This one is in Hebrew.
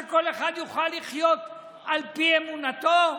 שכל אחד יוכל לחיות על פי אמונתו?